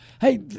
Hey